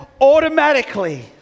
automatically